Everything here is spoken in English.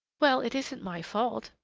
well, it isn't my fault,